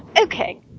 okay